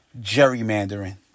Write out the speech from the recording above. gerrymandering